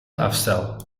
afstel